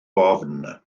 ofn